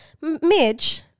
Midge